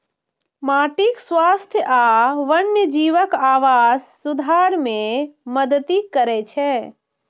माटिक स्वास्थ्य आ वन्यजीवक आवास सुधार मे मदति करै छै